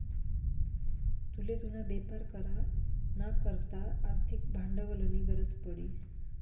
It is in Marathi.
तुले तुना बेपार करा ना करता आर्थिक भांडवलनी गरज पडी